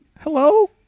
Hello